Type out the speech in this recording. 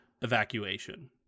evacuation